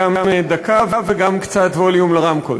גם דקה וגם קצת ווליום לרמקול.